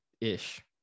ish